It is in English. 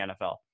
NFL